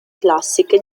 classiche